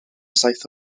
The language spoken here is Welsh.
saith